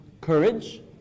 courage